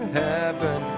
heaven